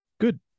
Good